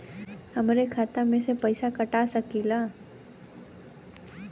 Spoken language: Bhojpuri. हमरे खाता में से पैसा कटा सकी ला?